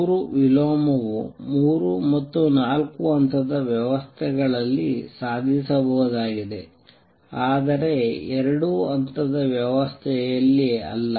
ಮೂರು ವಿಲೋಮವು ಮೂರು ಅಥವಾ ನಾಲ್ಕು ಹಂತದ ವ್ಯವಸ್ಥೆಗಳಲ್ಲಿ ಸಾಧಿಸಬಹುದಾಗಿದೆ ಆದರೆ ಎರಡು ಹಂತದ ವ್ಯವಸ್ಥೆಯಲ್ಲಿ ಅಲ್ಲ